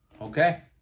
Okay